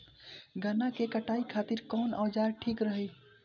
गन्ना के कटाई खातिर कवन औजार ठीक रही?